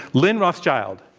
lynn rothschild.